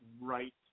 Right